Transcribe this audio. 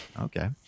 okay